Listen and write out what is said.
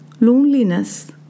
loneliness